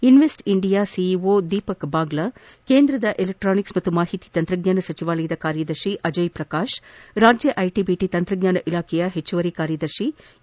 invest India CEO Deepak Bagla ಕೇಂದ್ರದ electronics ಮತ್ತು ಮಾಹಿತಿ ತಂತ್ರಜ್ಞಾನ ಸಚಿವಾಲಯದ ಕಾರ್ಯದರ್ಶಿ ಅಜಯ್ ಪ್ರಕಾಶ್ ರಾಜ್ಯ ಐಟಬಿಟಿ ತಂತ್ರಜ್ಞಾನ ಇಲಾಖೆಯ ಹೆಚ್ಚುವರಿ ಕಾರ್ಯದರ್ಶಿ ಇ